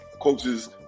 coaches